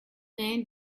man